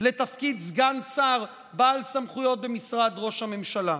לתפקיד סגן שר בעל סמכויות במשרד ראש הממשלה.